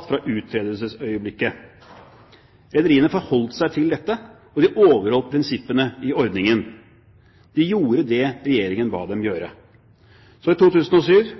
fra uttredelsesøyeblikket. Rederiene forholdt seg til dette, og de overholdt prinsippene i ordningen. De gjorde det regjeringen ba dem gjøre. I 2007